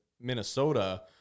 Minnesota